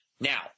Now